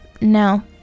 No